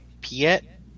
piet